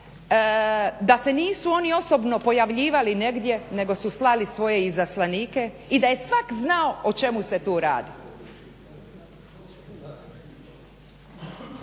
da se nisu oni osobno pojavljivali negdje nego su slali svoje izaslanike i da je svak znao o čemu se tu radi.